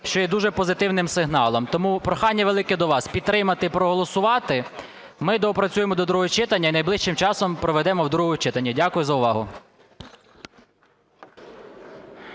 що є дуже позитивним сигналом. Тому прохання велике до вас підтримати і проголосувати. Ми доопрацюємо до другого читання і найближчим часом приведемо до другого читання. Дякую за увагу.